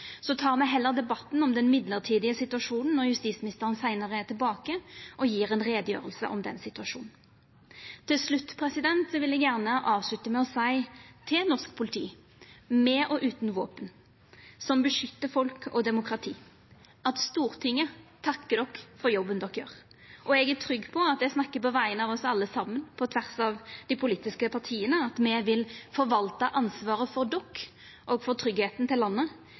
Så tek me heller debatten om den mellombelse situasjonen når justisministeren seinare er tilbake med ei utgreiing om den situasjonen. Til slutt vil eg gjerne seia til norsk politi – med og utan våpen, som beskyttar folk og demokrati – at Stortinget takkar dykk for jobben de gjer. Og eg er trygg på at eg snakkar på vegner av oss alle saman, på tvers av dei politiske partia, når eg seier at me vil forvalta ansvaret for dykk og for tryggleiken i landet